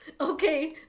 okay